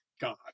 God